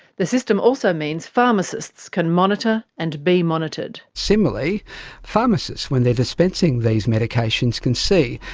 the system also means pharmacists can monitor, and be monitored. similarly pharmacists when they're dispensing these medications can see,